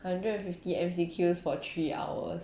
hundred and fifty M_C_Q for three hours